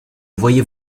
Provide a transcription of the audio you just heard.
voyez